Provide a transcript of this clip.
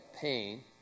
pain